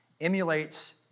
emulates